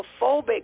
homophobic